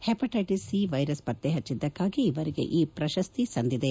hepatitis C virus ಪತ್ತೆ ಹಜ್ಜಿದ್ದಕ್ಕಾಗಿ ಇವರಿಗೆ ಈ ಪ್ರಶಸ್ತಿ ಸಂದಿದೆ